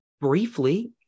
briefly